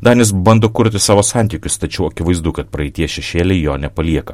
danis bando kurti savo santykius tačiau akivaizdu kad praeities šešėliai jo nepalieka